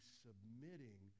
submitting